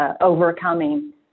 overcoming